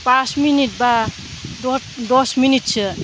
pass minute बा दस मिनिटसो